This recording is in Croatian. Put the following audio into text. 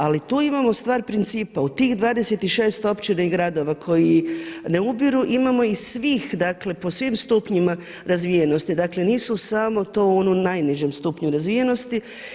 Ali tu imamo stvar principa, u tih 26 općina i gradova koji ne ubiru imamo i svih, dakle po svim stupnjima razvijenosti, dakle nisu to samo u onom najnižem stupnju razvijenosti.